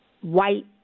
white